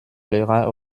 lehrer